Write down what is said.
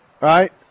Right